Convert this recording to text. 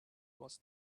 was